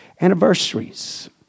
Anniversaries